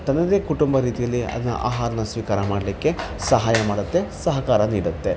ತನದೇ ಕುಟುಂಬ ರೀತಿಯಲ್ಲಿ ಅದನ್ನ ಆಹಾರನ ಸ್ವೀಕಾರ ಮಾಡಲಿಕ್ಕೆ ಸಹಾಯ ಮಾಡುತ್ತೆ ಸಹಕಾರ ನೀಡುತ್ತೆ